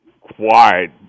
quiet